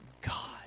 God